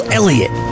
Elliott